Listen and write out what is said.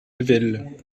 ayvelles